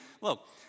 Look